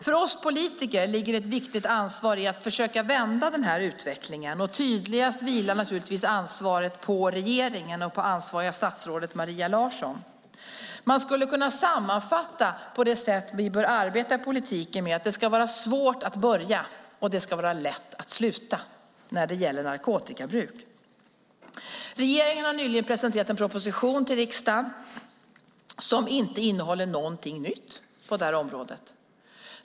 För oss politiker ligger ett viktigt ansvar i att försöka vända den här utvecklingen, och tydligast vilar naturligtvis ansvaret på regeringen och på det ansvariga statsrådet Maria Larsson. Man skulle kunna sammanfatta det sätt vi bör arbeta på i politiken med att det ska vara svårt att börja och lätt att sluta när det gäller narkotikabruk. Regeringen har nyligen presenterat en proposition för riksdagen som inte innehåller någonting nytt på det här området.